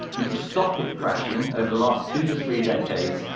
and to stop it crashing over the last two to three decades,